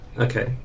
Okay